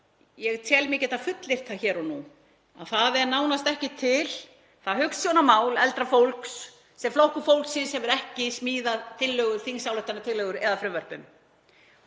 Ég tel mig geta fullyrt það hér og nú að það er nánast ekki til það hugsjónamál eldra fólks sem Flokkur fólksins hefur ekki smíðað þingsályktunartillögur eða frumvörp um.